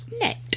net